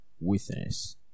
witness